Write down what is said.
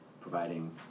providing